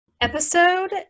Episode